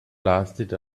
blasted